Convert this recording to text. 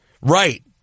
Right